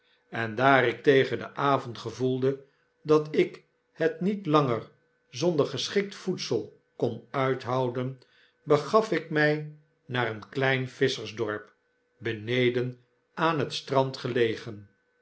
en daar ik tegen den avond gevoelde dat ik het niet langer zonder gescbikt voedsel kon uithouden begaf ik my naar een klein visschersdorp beneden aan het strand gelegen